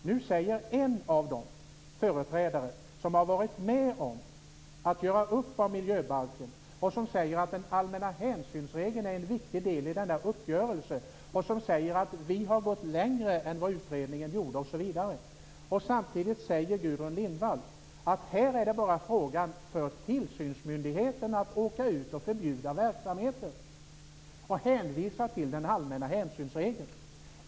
Nu säger en av de företrädare som har varit med om att göra upp om miljöbalken att den allmänna hänsynsregeln är en viktig del i denna uppgörelse och att man har gått längre än vad utredningen gjorde osv. Samtidigt säger Gudrun Lindvall att det bara är för tillsynsmyndigheten att åka ut och förbjuda verksamheter och hänvisa till den allmänna hänsynsregeln.